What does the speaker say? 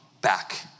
back